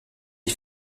des